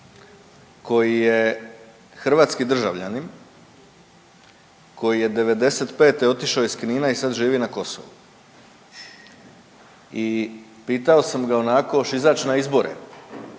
koji je hrvatski državljanin koji je '95. otišao iz Knina i sad živi na Kosovu i pitao sam ga onako hoćeš izać na izbore,